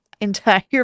entire